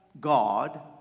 God